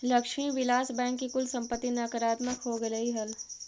Lakshmi Vilas bank की कुल संपत्ति नकारात्मक हो गेलइ हल